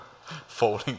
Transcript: falling